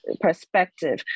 perspective